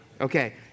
Okay